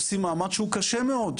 עושים מאמץ שהוא קשה מאוד,